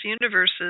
universes